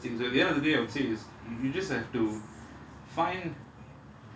sometimes it's quite um unrealistic so at the end of the day I would say it's you you just have to